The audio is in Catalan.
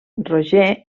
roger